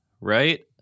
right